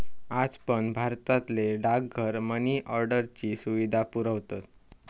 आज पण भारतातले डाकघर मनी ऑर्डरची सुविधा पुरवतत